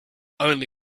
only